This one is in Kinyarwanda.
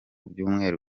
byumweru